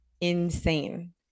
insane